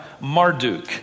Marduk